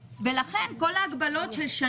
אתם יודעים יותר טוב ממני שקשה מאוד לאנשים להגיש בקשות,